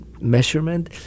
measurement